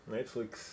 Netflix